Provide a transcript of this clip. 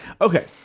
Okay